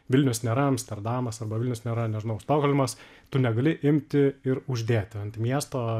vilnius nėra amsterdamas arba vilnius nėra nežinau stokholmas tu negali imti ir uždėti ant miesto